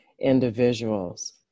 individuals